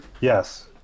yes